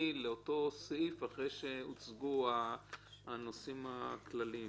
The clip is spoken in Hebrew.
לאותו סעיף אחרי שהוצגו הנושאים הכלליים.